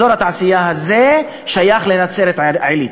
אזור התעשייה הזה שייך לנצרת-עילית.